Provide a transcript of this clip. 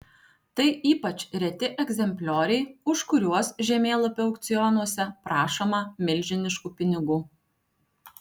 tai ypač reti egzemplioriai už kuriuos žemėlapių aukcionuose prašoma milžiniškų pinigų